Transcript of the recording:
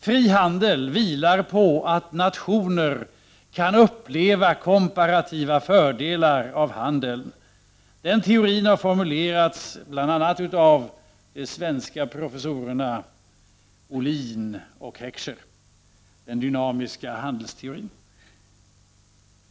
Frihandel vilar på att nationer kan uppleva komparativa fördelar av handeln. Den teorin har formulerats av bl.a. de svenska professorerna Ohlin och Heckscher, och den kallas den dynamiska handelsteorin.